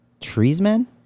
Treesman